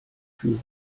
fühlt